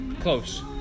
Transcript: Close